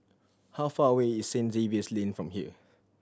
how far away is Saint Xavier's Lane from here